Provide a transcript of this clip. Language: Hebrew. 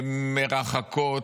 הן מרחקות.